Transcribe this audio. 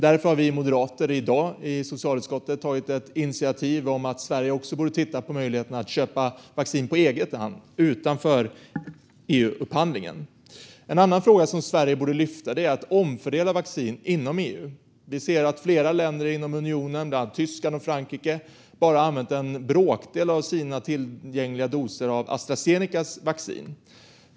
Därför har vi moderater i dag i socialutskottet tagit ett initiativ om att Sverige också borde titta på möjligheten att köpa vaccin på egen hand utanför EU-upphandlingen. En annan fråga som Sverige borde lyfta fram är att omfördela vaccin inom EU. Vi ser att flera länder inom unionen, bland annat Tyskland och Frankrike, bara har använt en bråkdel av sina tillgängliga doser av Astra Zenecas vaccin.